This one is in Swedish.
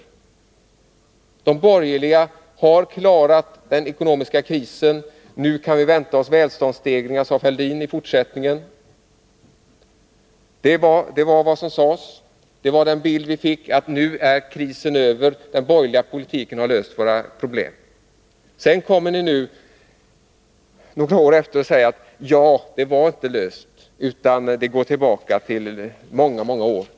Thorbjörn Fälldin sade: De borgerliga har klarat den ekonomiska krisen, och nu kan vi vänta oss välståndsstegring i fortsättningen. Men i dag, några år efteråt, säger ni att problemen inte är lösta, och ni går långt tillbaka i tiden och hänvisar till vad som skedde då.